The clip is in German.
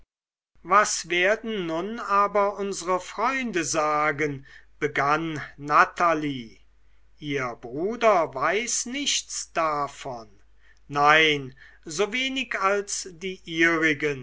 was werden nun aber unsre freunde sagen begann natalie ihr bruder weiß nichts davon nein so wenig als die